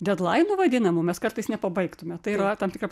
dedlainų vadinamų mes kartais nepabaigtume tai yra tam tikra